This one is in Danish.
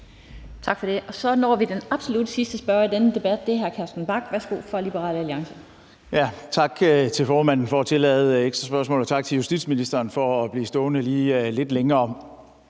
Tak for det. Så når vi den absolut sidste spørger i denne debat, og det er hr. Carsten Bach fra Liberal Alliance. Værsgo. Kl. 15:03 Carsten Bach (LA): Tak til formanden for at tillade ekstra spørgsmål, og tak til justitsministeren for at blive stående lige lidt længere.